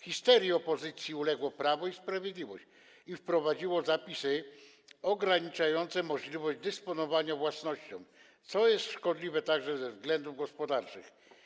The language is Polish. Histerii opozycji uległo Prawo i Sprawiedliwość i wprowadziło zapisy ograniczające możliwość dysponowania własnością, co jest szkodliwe także ze względów gospodarczych.